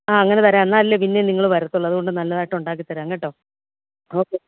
ആ അങ്ങനെ തരാം എന്നാലല്ലേ പിന്നീം നിങ്ങൾ വരത്തുള്ളു അതുകൊണ്ട് നല്ലതായിട്ട് ഉണ്ടാക്കി തരാം കേട്ടോ ഓക്കെ